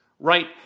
right